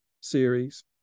series